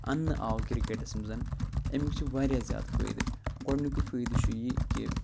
اَنٛنہٕ آو کِرکٮ۪ٹَس منٛز اَمیُک چھِ واریاہ زیادٕ فٲیدٕ گۄڈٕنیکُے فٲیدٕ چھُ یہِ کہِ